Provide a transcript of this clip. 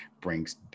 brings